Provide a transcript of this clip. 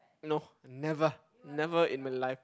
no never never in my life